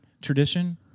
tradition